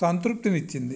సంతృప్తిని ఇచ్చింది